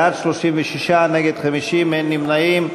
בעד, 36, נגד, 50, אין נמנעים.